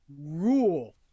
rule